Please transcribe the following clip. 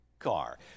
car